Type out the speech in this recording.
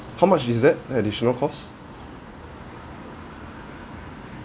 how much is that additional cost